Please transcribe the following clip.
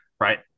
Right